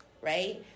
right